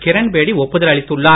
கிரண் பேடி ஒப்புதல் அளித்துள்ளார்